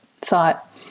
thought